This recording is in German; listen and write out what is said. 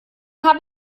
habe